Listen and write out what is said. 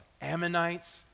Ammonites